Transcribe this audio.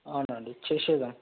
అవునాండి చేసేద్దాం